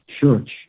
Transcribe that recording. church